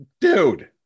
dude